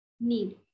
need